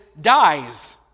dies